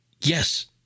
Yes